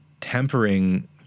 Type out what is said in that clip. tempering